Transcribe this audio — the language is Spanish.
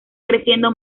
creciendo